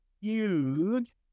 huge